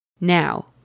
Now